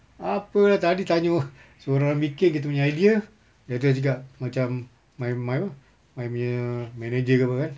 apa lah tadi tanya or~ suruh orang bikin kita punya idea lepas tu dia cakap macam my my apa my punya manager ke apa kan